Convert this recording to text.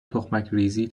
تخمکریزی